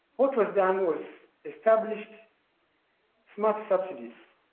what was done was established smart subsidies.